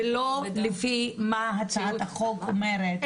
ולא לפי מה שהצעת החוק אומרת.